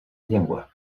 llengua